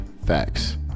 facts